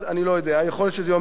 יכול להיות שזה ייבחן יום אחד,